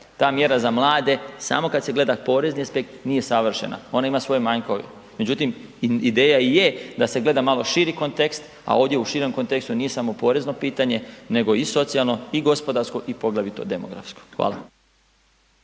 ta mjera za mlade samo kad se gleda porezni aspekt, nije savršena, ona ima svoje manjkove međutim, ideja i je da se gleda malo širi kontekst a ovdje u širem kontekstu nije samo porezno pitanje nego i socijalno i gospodarsko i poglavito demografsko. Hvala.